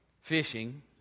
fishing